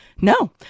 no